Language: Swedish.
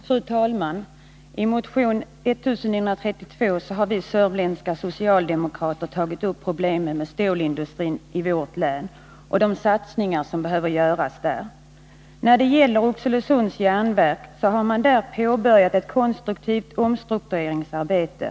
Fru talman! I motion 1932 har vi sörmländska socialdemokrater tagit upp problemen med stålindustrin i vårt län och de satsningar som där behöver göras. När det gäller Oxelösunds Järnverk så har man där påbörjat ett konstruktivt omstruktureringsarbete.